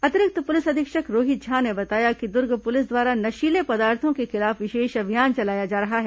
अतिरिक्त पुलिस अधीक्षक रोहित झा ने बताया कि दुर्ग पुलिस द्वारा नशीले पदार्थो के खिलाफ विशेष अभियान चलाया जा रहा है